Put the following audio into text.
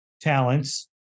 talents